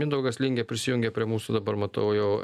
mindaugas lingė prisijungė prie mūsų dabar matau jau